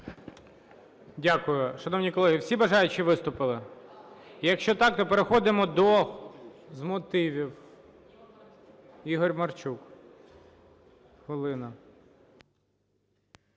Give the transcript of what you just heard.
Дякую. Шановні колеги, всі бажаючі виступили? Якщо так, то переходимо до… З мотивів., Ігор Марчук – хвилина.